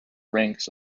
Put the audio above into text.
ranks